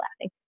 laughing